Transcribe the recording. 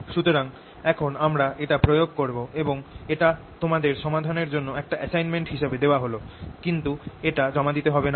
সুতরাং এখন আমরা এটা প্রয়োগ করব এবং এটা তোমাদের সমাধানের জন্য একটা অ্যাসাইনমেন্ট হিসাবে দেওয়া হল কিন্তু এটা জমা দিতে হবে না